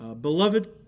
Beloved